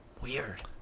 Weird